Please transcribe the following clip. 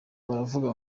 baravuga